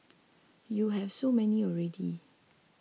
you have so many already